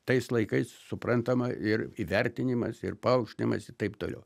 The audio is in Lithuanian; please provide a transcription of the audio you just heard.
tais laikais suprantama ir įvertinimas ir paaukštinimas ir taip toliau